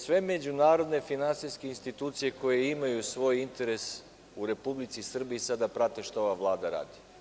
Sve međunarodne finansijske institucije koje imaju svoj interes u Republici Srbiji sada prate šta ova vlada radi.